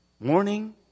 Morning